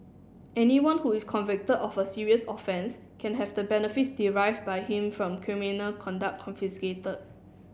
anyone who is convicted of a serious offence can have the benefits derived by him from criminal conduct confiscated